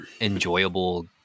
enjoyable